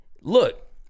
look